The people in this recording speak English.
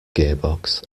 gearbox